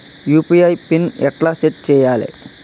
UPI PIN ఎట్లా set చేయాలే?